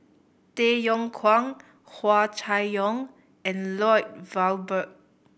Tay Yong Kwang Hua Chai Yong and Lloyd Valberg